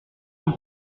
l’on